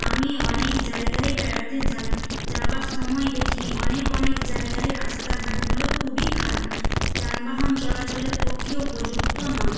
আমি অনেক জায়গায় বেড়াতে যাই যাওয়ার সময় দেখি অনেক অনেক জায়গায় রাস্তাঘাটগুলি খুবই খারাপ যানবাহন চলাচলের পক্ষে উপযুক্ত নয়